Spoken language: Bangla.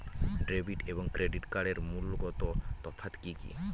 ডেবিট এবং ক্রেডিট কার্ডের মূলগত তফাত কি কী?